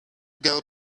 girl